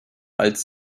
als